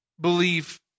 believe